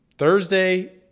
Thursday